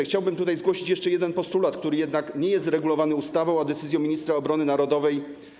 Chciałbym zgłosić jeszcze jeden postulat, który jednak nie jest regulowany ustawą, a decyzją ministra obrony narodowej.